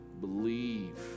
believe